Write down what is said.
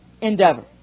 endeavor